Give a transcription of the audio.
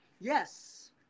Yes